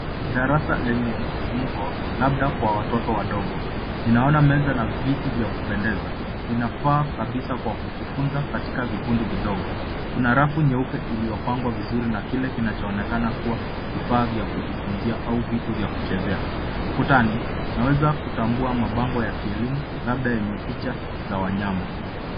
Darasa lenye msisimko labda kwa watoto wadogo. Ninaona meza na viti vya kupendeza vinafaa kabisa kwa kujifunza katika kikundi vidogo. Kuna rafu nyeupe iliyopangwa vizuri na kile kinachoonekana kama vifaa vya kujifunzia au vitu vya kuchezea. Ukutani, unaweza kutambua mabango ya kielimu labda yenye picha za wanyama.